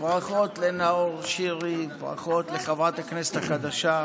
ברכות לנאור שירי, ברכות לחברת הכנסת החדשה.